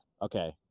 Okay